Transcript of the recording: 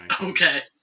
Okay